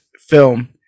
film